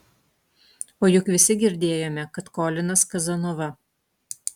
o juk visi girdėjome kad kolinas kazanova